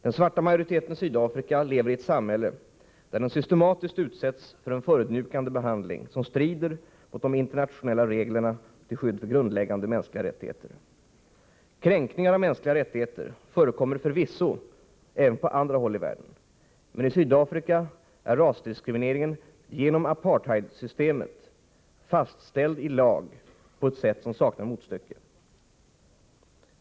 Den svarta majoriteten i Sydafrika lever i ett samhälle där den systematiskt utsätts för en förödmjukande behandling, som strider mot de internationella reglerna till skydd för grundläggande mänskliga rättigheter. Kränkningar av mänskliga rättigheter förekommer förvisso även på andra hålli världen. Men i Sydafrika är rasdiskrimineringen genom apartheidsystemet fastställd i lag på ett sätt som saknar motstycke.